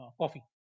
coffee